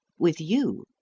with you,